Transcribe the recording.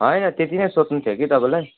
होइन त्यति नै सोध्नु थियो कि तपाईँलाई